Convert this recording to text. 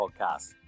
Podcast